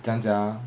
怎样讲啊